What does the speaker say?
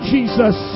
Jesus